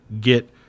get